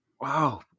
Wow